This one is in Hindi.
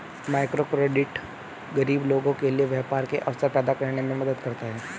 माइक्रोक्रेडिट गरीब लोगों के लिए व्यापार के अवसर पैदा करने में मदद करता है